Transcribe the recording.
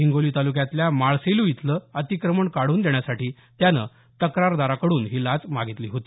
हिंगोली तालुक्यातल्या माळसेलू इथलं अतिक्रमण काढून देण्यासाठी त्यानं तक्रारदाराकडून ही लाच मागितली होती